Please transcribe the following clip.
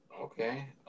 Okay